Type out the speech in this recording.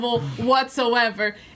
whatsoever